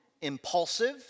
impulsive